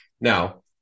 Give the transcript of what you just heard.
Now